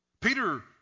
Peter